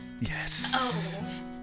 yes